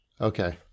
okay